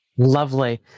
Lovely